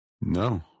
No